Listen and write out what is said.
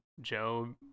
Joe